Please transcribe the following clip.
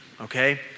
Okay